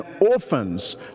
orphans